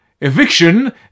Eviction